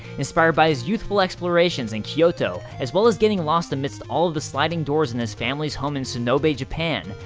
inspired by his youthful explorations in kyoto as well as getting lost amidst all of the sliding doors in his family's home in sonobe, japan,